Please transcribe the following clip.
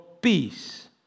peace